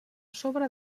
sobre